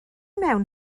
mewn